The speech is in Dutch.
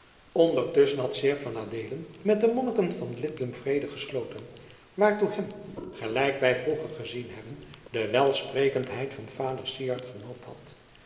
ondertusschen had seerp van adeelen met de monniken van lidlum vrede gesloten waartoe hem gelijk wij vroeger gezien hebben de welsprekendheid van vader syard genoopt had